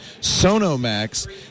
Sonomax